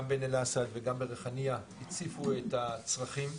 גם בעין אל-אסד וגם בריחאניה הציפו את הצרכים.